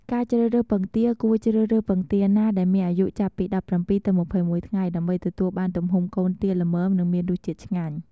ការជ្រើសរើសពងទា គួរជ្រើសរើសពងទាណាដែលមានអាយុចាប់ពី ១៧ ទៅ ២១ ថ្ងៃ ដើម្បីទទួលបាន ទំហំកូនទាល្មម និងមានរសជាតិឆ្ងាញ់ ។